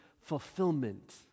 fulfillment